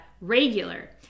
regular